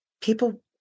people